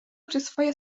przyswoję